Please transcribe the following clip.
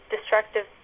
destructive